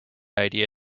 idea